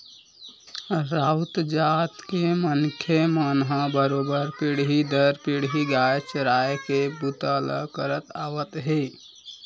राउत जात के मनखे मन ह बरोबर पीढ़ी दर पीढ़ी गाय चराए के बूता ल करत आवत हे